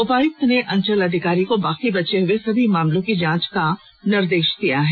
उपायुक्त ने अंचल अधिकारी को बाकी बचे हुए सभी मामलों की जांच के का निर्देश दिया है